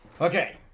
Okay